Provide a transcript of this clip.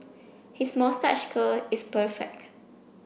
his moustache curl is perfect